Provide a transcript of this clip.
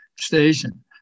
station